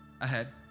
ahead